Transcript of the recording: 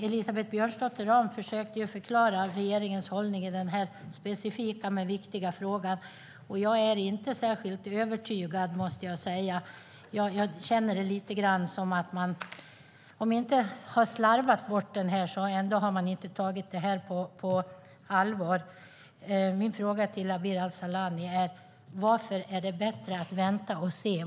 Elisabeth Björnsdotter Rahm försökte ju förklara regeringens hållning i den här specifika och viktiga frågan, men jag måste säga att jag inte är särskilt övertygad. Jag känner det lite grann som att man har om inte slarvat bort det så ändå inte tagit det på allvar. Jag vill återigen fråga Abir Al-Sahlani: Varför är det bättre att vänta och se?